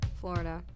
Florida